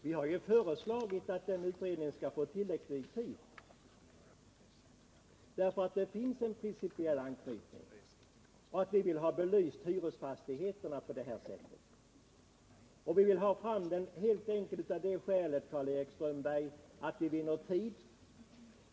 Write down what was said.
Vi har föreslagit att denna utredning skall få tilläggsdirektiv, eftersom det finns en sådan principiell anknytning, så att också hyresfastigheterna blir belysta från samma utgångspunkt. Vi föreslår detta helt enkelt av det skälet, Karl-Erik Strömberg, att man därigenom vinner tid.